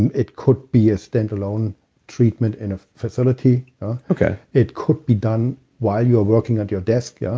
and it could be a standalone treatment in a facility okay it could be done while you were working at your desk. yeah